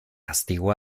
castigo